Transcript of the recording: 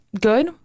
good